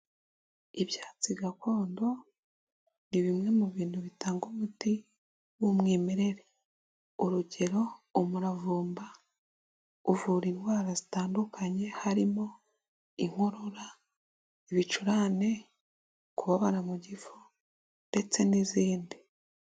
Ibyatsi gakondo ni bimwe mu bintu bitanga umuti w'umwimerere, urugero umuravumba uvura indwara zitandukanye harimo inkorora, ibicurane, kubabara mu gifu ndetse n'izindi.